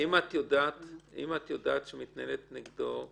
אם את יודעת שמתנהלת נגדו חקירה,